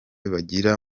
bagira